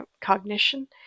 cognition